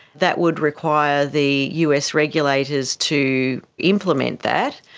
that would require the us regulators to implement that.